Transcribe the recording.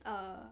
err